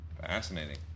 Fascinating